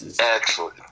Excellent